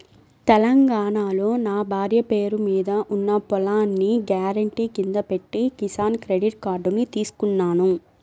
తెలంగాణాలో నా భార్య పేరు మీద ఉన్న పొలాన్ని గ్యారెంటీ కింద పెట్టి కిసాన్ క్రెడిట్ కార్డుని తీసుకున్నాను